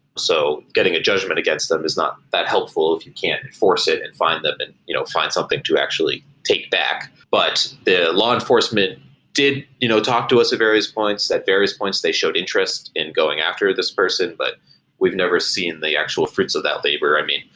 so getting a judgement against them is not that helpful if you can't force it and find them and you know find something to actually take back, but the law enforcement did you know talk to us at various points, at various points they showed interest in going after this person, but we've never seen the actual fruits of that labor i mean,